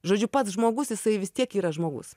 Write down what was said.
žodžiu pats žmogus jisai vis tiek yra žmogus